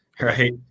right